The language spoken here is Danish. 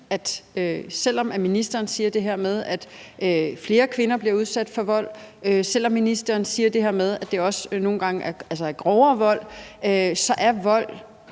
selv om ministeren siger det her med, at flere kvinder bliver udsat for vold, selv om ministeren siger det her med, at det også nogle gange er grovere vold, er vold